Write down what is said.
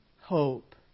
hope